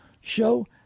show